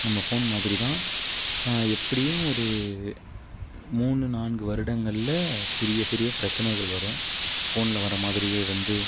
நம்ம போன் மாதிரி தான் எப்படியும் ஒரு மூணு நான்கு வருடங்களில் சிறிய சிறிய பிரச்சனைகள் வரும் ஃபோனில் வர மாதிரியே வந்து